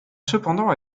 cependant